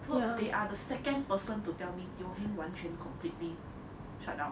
so they are the second person to tell me Teo Heng 完全 completely shut down